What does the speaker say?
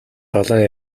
далайн